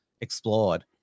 explored